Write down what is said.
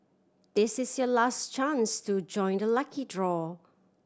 this is your last chance to join the lucky draw